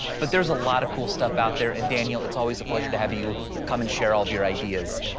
but there's a lot of cool stuff out there. and daniel, it's always a pleasure to have you come and share all of your ideas.